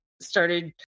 started